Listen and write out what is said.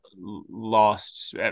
lost